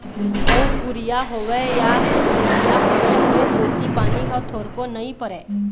अउ कुरिया होवय या भीतिया होवय ओ कोती पानी ह थोरको नइ परय